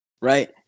right